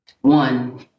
One